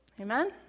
Amen